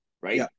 right